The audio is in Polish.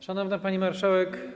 Szanowna Pani Marszałek!